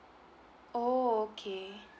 oh okay